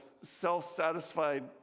self-satisfied